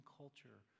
culture